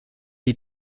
die